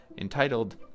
entitled